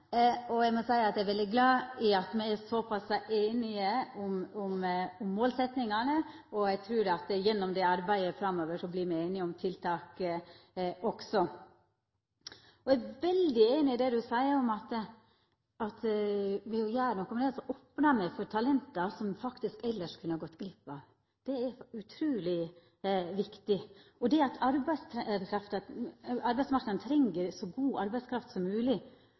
plass. Eg vil takka for svaret frå ministeren. Eg må seia at eg er veldig glad for at me er såpass einige om målsetjingane. Eg trur at me gjennom arbeidet framover òg vert einige om tiltak. Eg er veldig einig i det ministeren seier, at me ved å gjera noko med dette opnar for talent som me elles kunne ha gått glipp av. Det er utruleg viktig. Arbeidsmarknaden treng så god arbeidskraft som